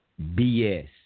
BS